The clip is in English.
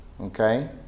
okay